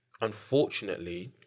unfortunately